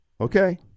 okay